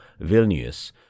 Vilnius